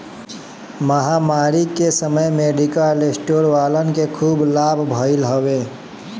महामारी के समय मेडिकल स्टोर वालन के खूब लाभ भईल हवे